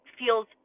feels